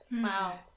Wow